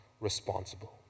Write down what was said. Responsible